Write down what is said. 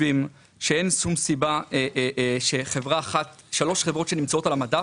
שאין שום סיבה ששלוש חברות שנמצאות על המדף,